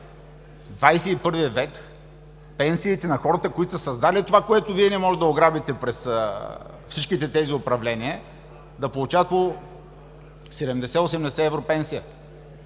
XXI век пенсиите на хората, които са създали това, което Вие не можете да ограбите през всичките тези управления, да получават по 70-80 евро пенсия?!